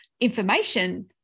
information